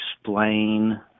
explain